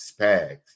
Spags